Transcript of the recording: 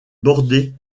bordée